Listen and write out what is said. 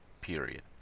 period